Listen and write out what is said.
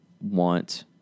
want